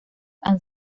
han